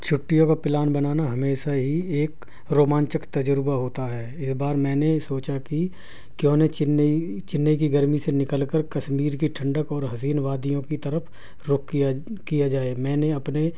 چھٹیوں کا پلان بنانا ہمیشہ ہی ایک رومانچک تجربہ ہوتا ہے اس بار میں نے سوچا کہ کیوں نہ چئی چنئی کی گرمی سے نکل کر کشمیر کی ٹھنڈک اور حسین وادیوں کی طرف رخ کیا کیا جائے میں نے اپنے